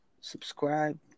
subscribe